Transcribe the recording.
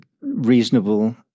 reasonable